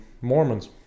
Mormons